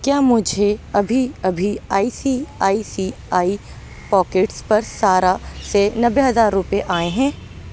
کیا مجھے ابھی ابھی I C I C I pockets پر سارہ سے نبے ہزار روپے آئے ہیں